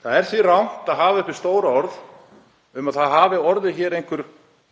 Það er því rangt að hafa uppi stór orð um að það hafi orðið einhver